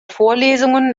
vorlesungen